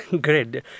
Great